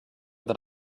than